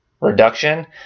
reduction